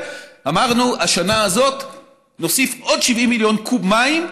אמרנו: השנה הזאת נוסיף עוד 70 מיליון קוב מים ונשלם,